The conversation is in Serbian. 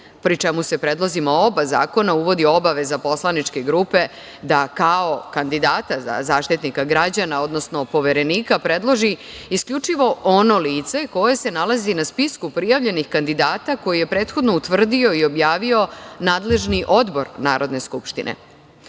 pri čemu se u predlozima oba zakona uvodi obaveza poslaničke grupe da kao kandidata za Zaštitnika građana, odnosno Poverenika, predloži isključivo ono lice koje se nalazi na spisku prijavljenih kandidata koji je prethodno utvrdio i objavio nadležni odbor Narodne skupštine. Propisana